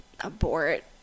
abort